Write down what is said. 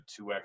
2x